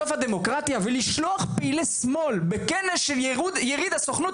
הדמוקרטיה ולשלוח פעילי שמאל לכנס של יריד הסוכנות